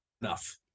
enough